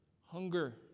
Hunger